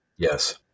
Yes